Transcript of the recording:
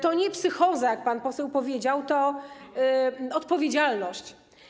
To nie psychoza, jak pan poseł powiedział, to odpowiedzialność.